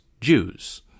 Jews